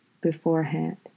beforehand